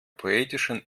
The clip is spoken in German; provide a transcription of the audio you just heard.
poetischen